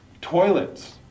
Toilets